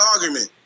argument